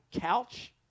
couch